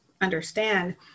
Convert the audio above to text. understand